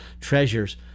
treasures